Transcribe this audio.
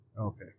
Okay